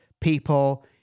people